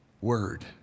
word